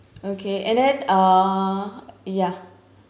okay and then uh ya